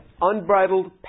unbridled